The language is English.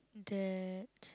that